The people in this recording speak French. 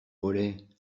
mollet